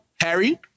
Harry